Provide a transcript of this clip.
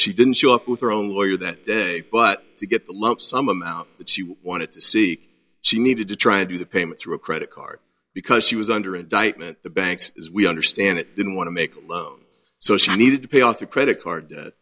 she didn't show up with her own lawyer that day but to get the lump sum amount that she wanted to see she needed to try and do the payment through a credit card because she was under indictment the banks as we understand it didn't want to make a loan so she needed to pay off a credit card